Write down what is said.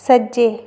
सज्जै